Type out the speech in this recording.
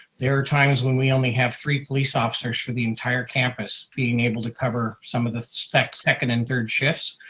there are times when we only have three police officers for the entire campus being able to cover some of the second and third shifts.